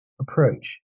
approach